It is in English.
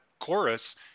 chorus